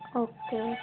okay